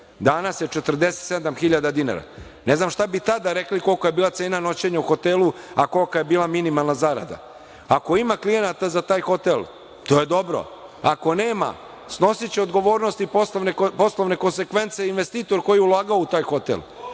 danas je 47.000 dinara. Ne znam šta bi tada rekli kolika je bila cena noćenja u hotelu, a kolika je bila minimalna zarada. Ako ima klijenata za taj hotel, to je dobro. Ako nema, snosiće odgovornost i poslovne konsekvence investitor koji je ulagao u taj hotel.